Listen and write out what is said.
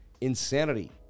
insanity